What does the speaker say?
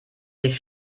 sich